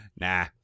Nah